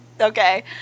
okay